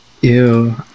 Ew